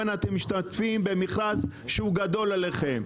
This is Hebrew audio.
אתם משתתפים במכרז שהוא גדול עליכם.